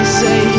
say